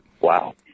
Wow